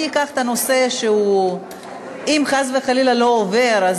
אני אקח נושא שאם חס וחלילה הוא לא עובר,